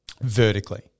vertically